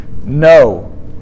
No